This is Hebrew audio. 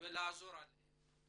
ולעזור להם.